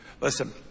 Listen